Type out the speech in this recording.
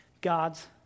God's